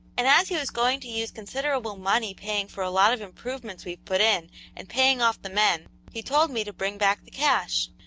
and as he was going to use considerable money paying for a lot of improvements we've put in and paying off the men, he told me to bring back the cash.